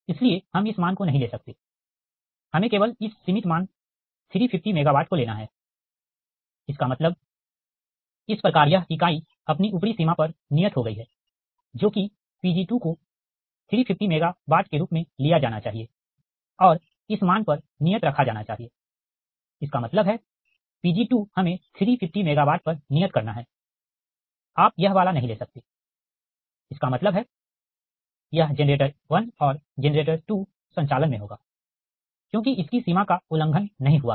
इसलिए हम इस मान को नहीं ले सकते हैं हमें केवल इस सीमित मान 350 MW को लेना है इसका मतलब इस प्रकार यह इकाई अपनी ऊपरी सीमा पर नियत हो गई है जो कि Pg2 को 350 MW के रूप में लिया जाना चाहिए और इस मान पर नियत रखा जाना चाहिए इसका मतलब है Pg2 हमें 350 MW पर नियत करना है आप यह वाला नहीं ले सकते इसका मतलब है यह जेनरेटर 1 और जेनरेटर 2 संचालन में होगा क्योंकि इसकी सीमा का उल्लंघन नहीं हुआ है